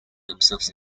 themselves